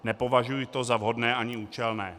Nepovažuji to za vhodné ani účelné.